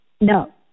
No